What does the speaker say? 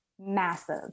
massive